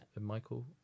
Michael